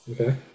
Okay